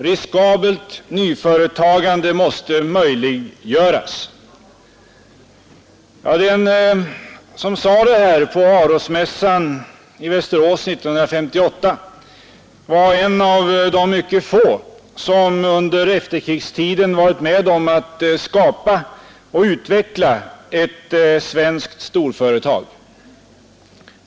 Riskabelt nyföretagande måste möjliggöras.” Den som sade det här vid Arosmässan i Västerås 1958 var en av de mycket få som under efterkrigstiden varit med om att skapa och utveckla ett svenskt storföretag.